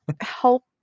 help